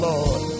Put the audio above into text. Lord